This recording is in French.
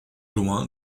loin